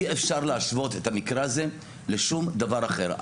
אי אפשר להשוות את המקרה הזה לשום דבר אחר.